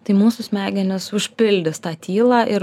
tai mūsų smegenys užpildys tą tylą ir